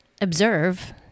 observe